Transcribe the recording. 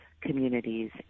communities